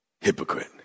hypocrite